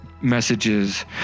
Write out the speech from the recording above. messages